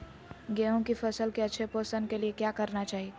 गेंहू की फसल के अच्छे पोषण के लिए क्या करना चाहिए?